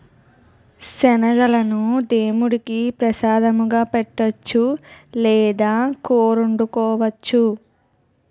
శనగలను దేముడికి ప్రసాదంగా పెట్టొచ్చు లేదా కూరొండుకోవచ్చు